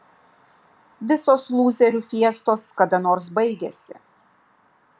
visos lūzerių fiestos kada nors baigiasi